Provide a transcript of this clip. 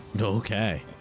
okay